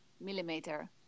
millimeter